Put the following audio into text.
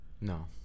No